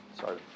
Sorry